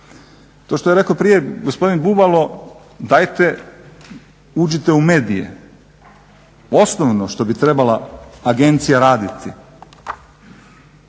To što je rekao gospodin Bubalo, dajte uđite u medije. Osnovno što bi trebala agencija raditi